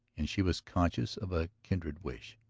and she was conscious of a kindred wish.